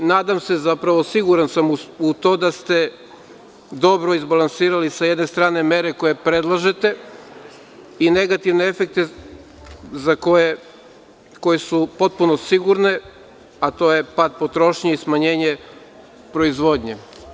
Nadam se, zapravo siguran sam, u to da ste dobro izbalansirali sa jedne strane mere koje predlažete i negativne efekte koje su potpuno sigurne, a to je pad potrošnje i smanjenje proizvodnje.